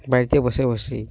বাড়িতে বসে বসেই